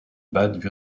bade